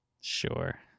Sure